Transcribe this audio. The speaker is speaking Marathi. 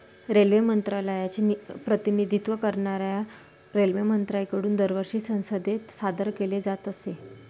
रेल्वे मंत्रालयाचे प्रतिनिधित्व करणाऱ्या रेल्वेमंत्र्यांकडून दरवर्षी संसदेत सादर केले जात असे